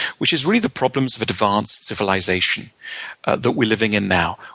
which is really the problems of advanced civilization that we're living in now.